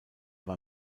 war